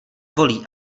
volí